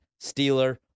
Steeler